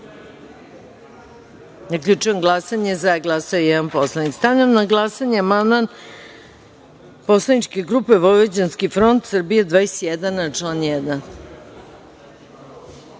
1.Zaključujem glasanje: za – jedan poslanik. Stavljam na glasanje amandman Poslaničke grupe Vojvođanski front, Srbija 21 na član